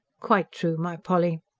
quite true, my polly.